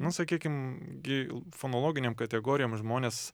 nu sakykim gi fonologinėm kategorijom žmonės